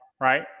right